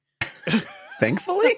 Thankfully